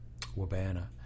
Wabana